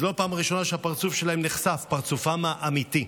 שפרצופם האמיתי נחשף.